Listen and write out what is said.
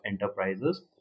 enterprises